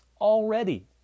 already